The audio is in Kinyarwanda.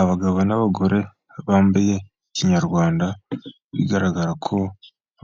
Abagabo n'abagore bambaye kinyarwanda, bigaragara ko